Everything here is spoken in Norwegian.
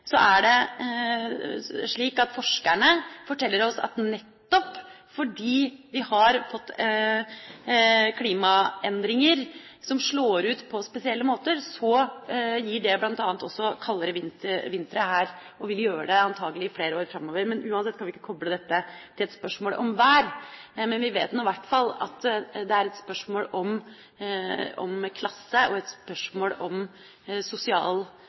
så er det slik at forskerne forteller oss at nettopp fordi vi har fått klimaendringer som slår ut på spesielle måter, gir det bl.a. kaldere vintre her – og vil antakelig gjøre det i flere år framover. Men uansett kan vi ikke koble dette til et spørsmål om vær. Vi vet i hvert fall at det er et spørsmål om klasse og et spørsmål om sosial